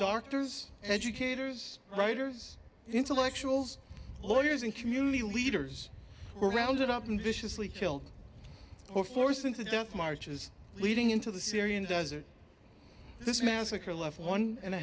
doctors educators writers intellectuals lawyers and community leaders were rounded up and viciously killed or forced into death marches leading into the syrian desert this massacre left one and a